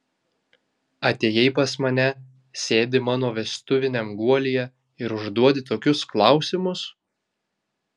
atėjai pas mane sėdi mano vestuviniam guolyje ir užduodi tokius klausimus